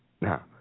Now